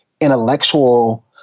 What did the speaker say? intellectual